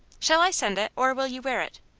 shall i send it, or will you wear it?